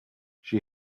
she